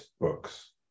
books